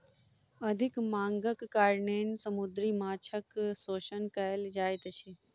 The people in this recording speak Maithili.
अधिक मांगक कारणेँ समुद्री माँछक शोषण कयल जाइत अछि